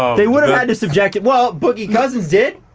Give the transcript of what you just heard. they would have had to subject well boogie cousins did.